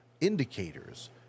indicators